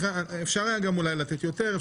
אפשר היה גם אולי לתת יותר,